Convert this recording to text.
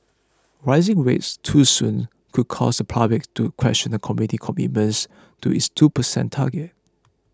raising rates too soon could also cause the public to question the committee's commitments to its two percent target